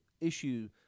issue